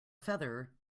feather